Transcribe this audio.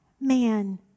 man